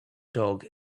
dog